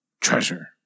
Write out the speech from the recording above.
treasure